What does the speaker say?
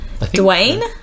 Dwayne